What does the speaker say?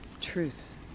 truth